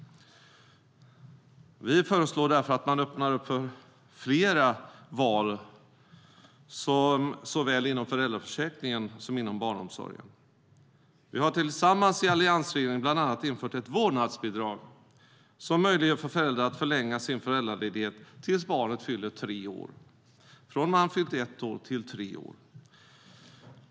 Vi föreslår därför att man öppnar upp för flera val såväl inom föräldraförsäkringen som inom barnomsorgen. Vi har tillsammans i alliansregeringen bland annat infört ett vårdnadsbidrag som möjliggör för föräldrar att förlänga sin föräldraledighet tills barnet fyller tre år, från att det har fyllt ett år till tre år.